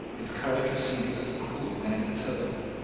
his courage was singularly cool and imperturbable.